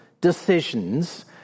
decisions